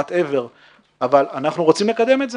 אנחנו רוצים לקדם את זה.